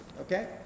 okay